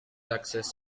access